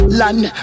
land